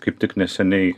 kaip tik neseniai